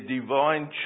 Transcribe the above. divine